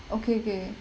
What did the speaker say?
okay okay